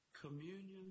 Communion